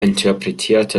interpretierte